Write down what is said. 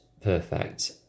perfect